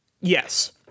Yes